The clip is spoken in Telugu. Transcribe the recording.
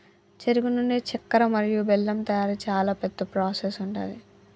చెరుకు నుండి చెక్కర మరియు బెల్లం తయారీ చాలా పెద్ద ప్రాసెస్ ఉంటది